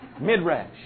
Midrash